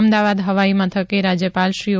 અમદાવાદ હવાઈ મથકે રાજ્યપાલ શ્રી ઓ